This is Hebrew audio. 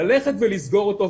ללכת ולסגור אותו.